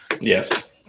yes